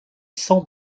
sans